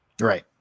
Right